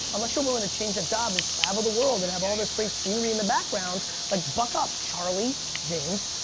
unless you're willing to change your job and travel the world and have all this great scenery in the background like buck up charlie, james.